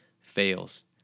fails